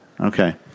Okay